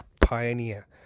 pioneer